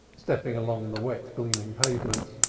stepping along the wet gleaming pavements,